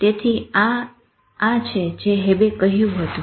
તેથી આ જે હેબ્બ એ કહ્યું હતું